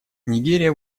нигерия